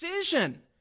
decision